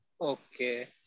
Okay